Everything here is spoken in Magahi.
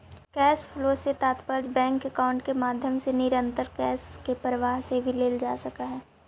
कैश फ्लो से तात्पर्य बैंक अकाउंट के माध्यम से निरंतर कैश के प्रवाह से भी लेल जा सकऽ हई